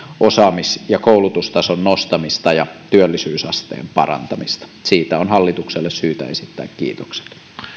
osaamis ja koulutustason nostamista ja työllisyysasteen parantamista siitä on hallitukselle syytä esittää kiitokset